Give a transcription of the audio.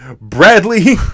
bradley